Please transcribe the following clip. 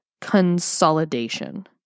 consolidation